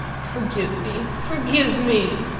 forgive me, forgive me,